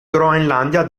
groenlandia